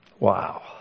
Wow